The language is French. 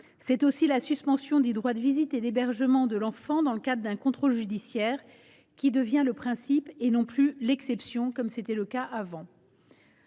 également la suspension du droit de visite et d’hébergement de l’enfant dans le cadre d’un contrôle judiciaire, qui devient le principe et non plus l’exception, comme c’était le cas auparavant.